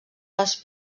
les